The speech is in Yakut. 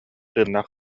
тыыннаах